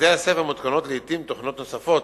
בבתי-הספר מותקנות לעתים תוכנות נוספות,